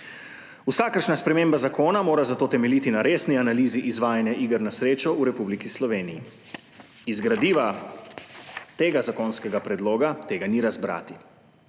Vsakršna sprememba zakona mora zato temeljiti na resni analizi izvajanja iger na srečo v Republiki Sloveniji. Iz gradiva tega zakonskega predloga tega ni razbrati.